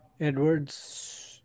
Edwards